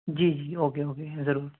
جی جی okay okay ہاں ضرور